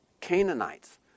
Canaanites